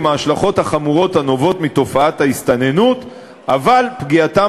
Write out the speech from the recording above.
ההשלכות החמורות הנובעות מתופעת ההסתננות אבל שפגיעתם